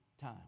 time